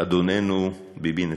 אדוננו ביבי נתניהו?